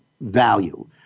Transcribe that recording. value